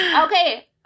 Okay